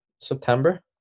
September